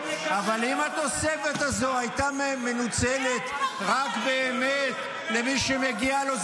אבל אם התוספת הזו הייתה מנוצלת רק באמת למי שמגיע לו,